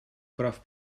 прав